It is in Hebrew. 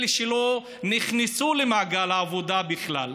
אלה שלא נכנסו למעגל העבודה בכלל,